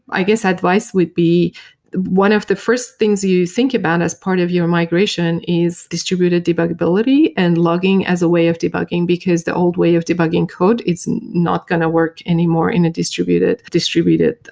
i guess, advice would be one of the first things you think about as part of your migration is distributed debugability and logging as a way of debugging, because the old way of debugging code is not going to work anymore in a distributed fashion.